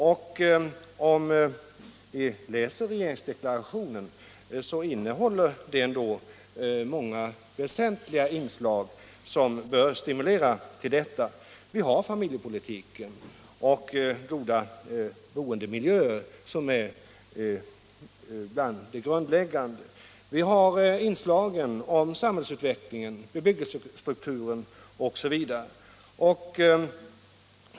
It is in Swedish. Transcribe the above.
Läser vi regeringsdeklarationen finner vi att den ändock innehåller många väsentliga inslag som bör verka som en stimulans. Vi har sådana inslag som familjepolitiken och goda boendemiljöer, vilket hör till det grundläggande, samhällsutvecklingen, bebyggelsestrukturen m.m.